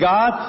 God